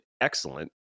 excellent